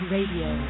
Radio